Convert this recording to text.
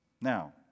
Now